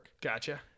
gotcha